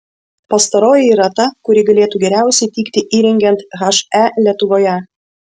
pastaroji ir yra ta kuri galėtų geriausiai tikti įrengiant he lietuvoje